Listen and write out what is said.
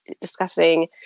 discussing